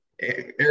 Air